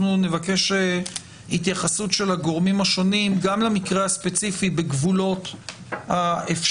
אנחנו נבקש התייחסות של הגורמים השונים גם למקרה הספציפי בגבולות האפשר.